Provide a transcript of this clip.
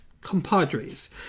compadres